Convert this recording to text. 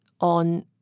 on